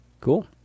cool